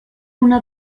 una